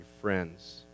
friends